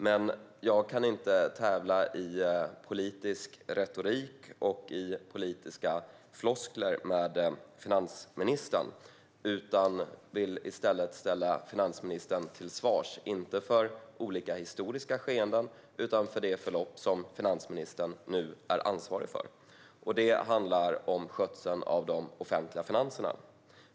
Men jag kan inte tävla i politisk retorik och politiska floskler med finansministern, utan vill i stället ställa finansministern till svars, inte för olika historiska skeenden, utan för det förlopp som finansministern nu är ansvarig för. Det handlar om skötseln av de offentliga finanserna.